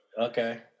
Okay